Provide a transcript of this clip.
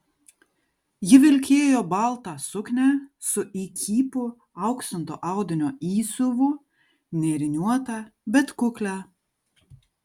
ji vilkėjo baltą suknią su įkypu auksinto audinio įsiuvu nėriniuotą bet kuklią